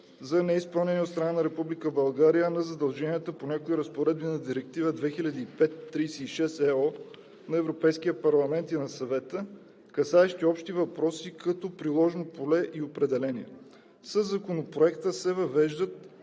за неизпълнение от страна на Република България на задълженията по някои разпоредби на Директива 2005/36/ЕО на Европейския парламент и на Съвета, касаещи общи въпроси, като приложно поле и определения. Със Законопроекта се въвеждат